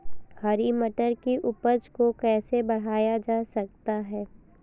हरी मटर की उपज को कैसे बढ़ाया जा सकता है?